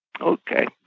Okay